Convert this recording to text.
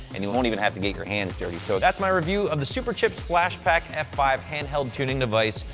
and you won't even have to get your hands dirty. so that's my review of the superchips flashpaq f five handheld tuning device,